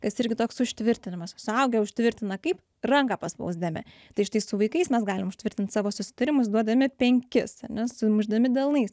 kas irgi toks užtvirtinimas suaugę užtvirtina kaip ranką paspausdami tai štai su vaikais mes galim užtvirtint savo susitarimus duodami penkis ane sumušdami delnais